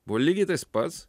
buvo lygiai tas pats